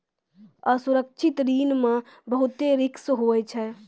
असुरक्षित ऋण मे बहुते रिस्क हुवै छै